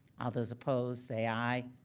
ah those opposed say aye.